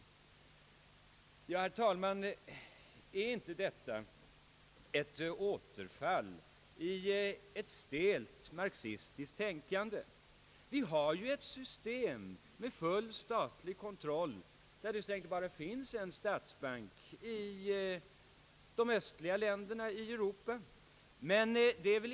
Detta är ett återfall av herr Sträng i ett stelt marxistiskt tänkande. Det finns ju system med full statlig kontroll, där det finns bara en, statlig bank. Så är det i de östliga länderna i Europa.